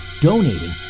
donating